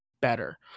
better